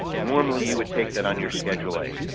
normally you would take that on your schedule a,